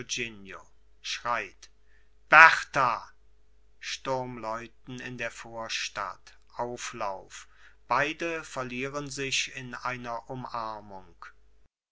schreit berta sturmläuten in der vorstadt auflauf beide verlieren sich in einer umarmung